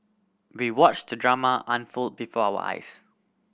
we watched the drama unfold before our eyes